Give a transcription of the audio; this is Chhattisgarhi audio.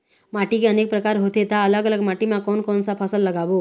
माटी के अनेक प्रकार होथे ता अलग अलग माटी मा कोन कौन सा फसल लगाबो?